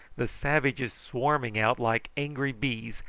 the savages swarming out like angry bees,